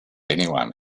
anyone